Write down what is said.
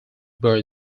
bird